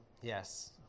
Yes